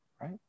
right